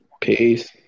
Peace